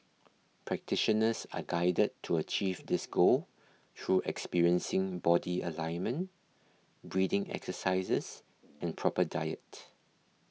practitioners are guided to achieve this goal through experiencing body alignment breathing exercises and proper diet